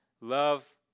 love